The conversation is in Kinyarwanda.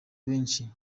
benshi